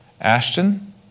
Ashton